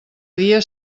dia